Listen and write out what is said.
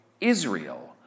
Israel